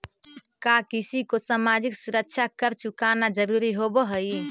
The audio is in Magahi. का किसी को सामाजिक सुरक्षा कर चुकाना जरूरी होवअ हई